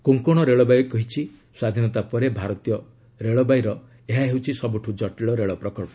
Konkan railway କହିଛି ସ୍ୱାଧୀନତା ପରେ ଭାରତୀୟ ରେଳବାଇର ଏହା ହେଉଛି ସବୁଠୁ ଜଟୀଳ ରେଳ ପ୍ରକଳ୍ପ